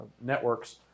networks